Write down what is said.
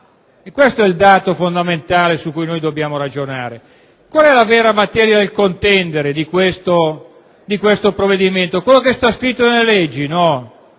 Questo è il dato fondamentale sul quale dobbiamo ragionare: qual è la vera materia del contendere di questo provvedimento? Ciò che è scritto nelle leggi? No,